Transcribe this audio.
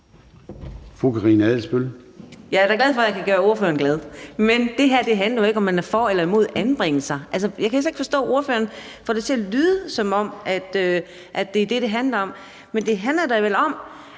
Jeg er da glad for, at jeg kan gøre ordføreren glad. Men det her handler jo ikke om, om man er for eller imod anbringelser. Altså, jeg kan slet ikke forstå, at ordføreren får det til at lyde, som om det er det, det handler om. Det handler da vel om,